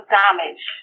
damage